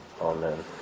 Amen